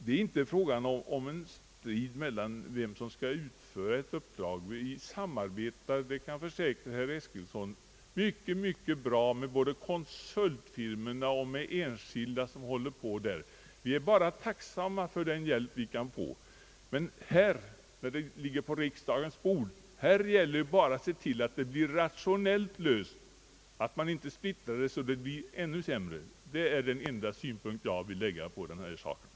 Det är inte fråga om en strid om vem som skall utföra ett uppdrag. Jag kan försäkra herr Eskilsson att vi sam arbetar mycket bra både mel konsultfirmor och med enskilda. Vi är bara tacksamma för den hjälp vi kan få. Men när problemet ligger på riksdagens bord gäller det att få frågan rationellt löst så att man inte splittrar resurserna och resultatet blir ännu sämre. Det är den synpunkt jag anlägger i denna fråga.